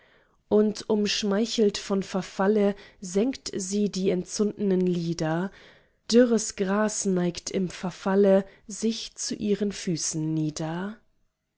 und umschmeichelt von verfalle senkt sie die entzundenen lider dürres gras neigt im verfalle sich zu ihren füßen nieder